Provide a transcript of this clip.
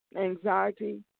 anxiety